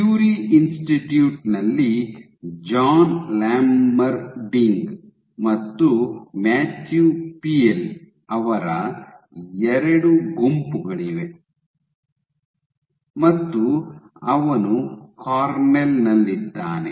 Curie institute ನಲ್ಲಿ Jan Lammerding ಮತ್ತು Matthieu Piel ಅವರ ಎರಡು ಗುಂಪುಗಳಿವೆ ಮತ್ತು ಅವನು ಕಾರ್ನೆಲ್ ನಲ್ಲಿದ್ದಾನೆ